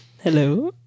hello